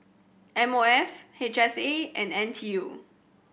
M O F H S A and N T U